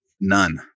None